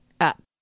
up